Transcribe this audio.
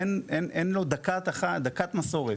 אין לו דקת מסורת.